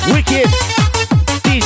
Wicked